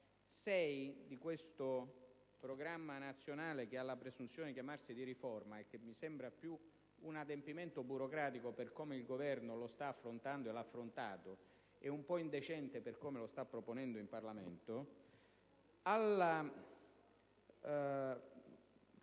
nel Programma nazionale che ha la presunzione di chiamarsi «di riforma» e che mi sembra più un adempimento burocratico, per come il Governo lo sta affrontando e lo ha affrontato, e un po' indecente per come lo sta proponendo in Parlamento, al